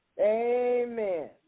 Amen